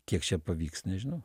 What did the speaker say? kiek čia pavyks nežinau